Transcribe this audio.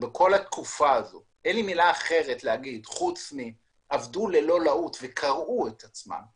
שבכל התקופה הזאת עבדו ללא לאות וקרעו את עצמם,